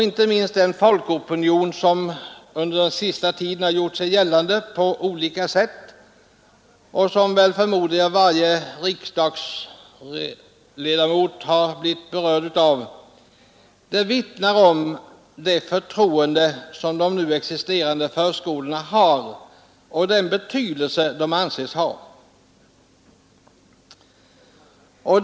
Inte minst folkopinionen som under senaste tiden gjort sig gällande på olika sätt — och som förmodligen varje riksdagsledamot blivit berörd av — vittnar om det förtroende människor har för de nu existerande förskolorna och den betydelse dessa förskolor anses ha.